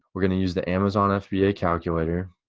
we're gonna use the amazon fba calculator.